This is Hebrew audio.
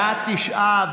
בעד, תשעה.